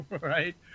Right